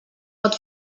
pot